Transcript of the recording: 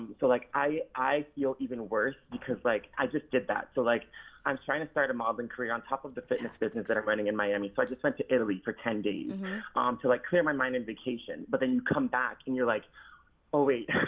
so like i feel even worse because like i just did that. so like i'm trying to start a mob and create on top of the fitness business that i'm running in miami. so i just went to italy for ten days um to like clear my mind and vacation, but then you come back, and you're like oh wait,